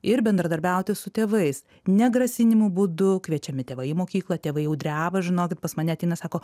ir bendradarbiauti su tėvais ne grasinimų būdu kviečiami tėvai į mokyklą tėvai jau dreba žinokit pas mane ateina sako